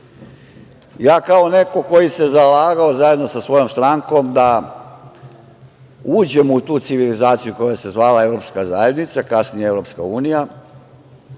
zemlja. Kao neko koji se zalagao zajedno sa svojom strankom da uđemo u tu civilizaciju koja se zvala Evropska zajednica, kasnije EU, sam bio